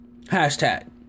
hashtag